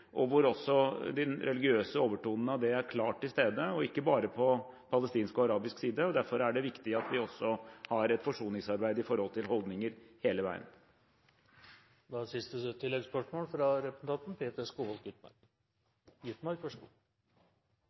hvor også de religiøse overtonene av det klart er til stede – og ikke bare på palestinsk og arabisk side. Derfor er det viktig at vi hele veien også har et forsoningsarbeid når det gjelder holdninger. Peter Skovholt Gitmark – til siste